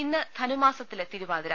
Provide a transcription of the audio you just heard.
ഇന്ന് ധനുമാസത്തിലെ തിരുവാതിര